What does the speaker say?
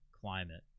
climate